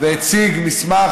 והציג מסמך,